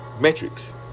metrics